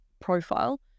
profile